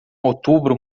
outubro